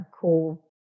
cool